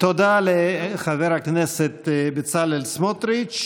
תודה לחבר הכנסת בצלאל סמוטריץ',